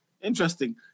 interesting